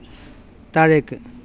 താഴേക്ക്